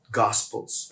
gospels